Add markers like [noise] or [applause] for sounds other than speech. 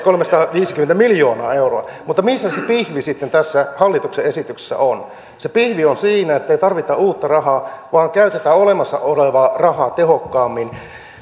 [unintelligible] kolmesataaviisikymmentä miljoonaa euroa mutta missä se pihvi tässä hallituksen esityksessä sitten on se pihvi on siinä ettei tarvita uutta rahaa vaan käytetään olemassa olevaa rahaa tehokkaammin